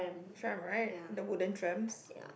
tram right the wooden trams